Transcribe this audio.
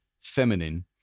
feminine